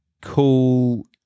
cool